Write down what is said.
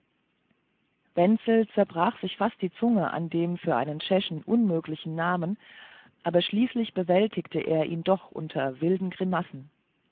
wenzel zerbrach sich fast die zunge an dem für einen tschechen unmöglichen namen aber schließlich bewältigte er ihn doch unter wilden grimassen